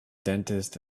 dentist